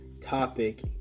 topic